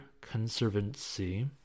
Conservancy